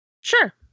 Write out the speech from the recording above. sure